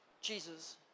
Jesus